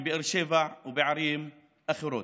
בבאר שבע ובערים אחרות.